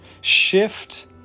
Shift